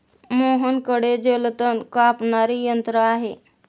मोहनकडे जलतण कापणारे यंत्र आहे